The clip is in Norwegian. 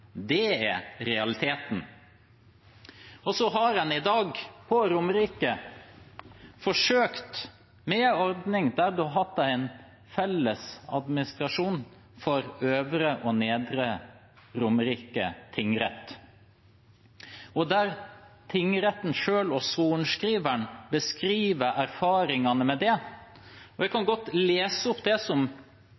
Det er realiteten. Så har en i dag på Romerike forsøkt med en ordning der en har hatt en felles administrasjon for Øvre Romerike og Nedre Romerike tingrett. Tingretten selv og sorenskriveren beskriver erfaringene med det. Jeg kan